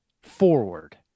forward